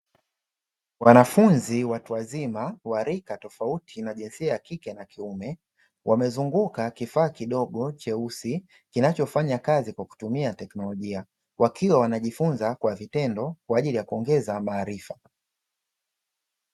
Wanafunzi wa rika tofauti na jinsia ya kike na kiume, wamezunguka kifaa kidogo cheusi, kinachofanya kazi kwa kutumia teknolojia, wakiwa wanajifunza kwa vitendo kwa ajili ya kuongeza maarifa.